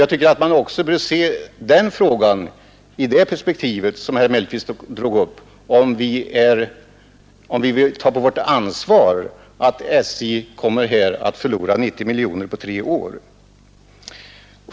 Jag tycker också att vi bör se denna fråga i det perspektiv som herr Mellqvist anlade, alltså om vi vill ta på vårt ansvar att SJ förlorar 90 miljoner på tre år.